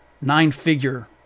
nine-figure